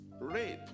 Rape